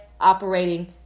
operating